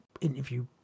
interview